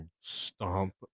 stomp